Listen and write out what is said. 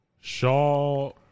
Shaw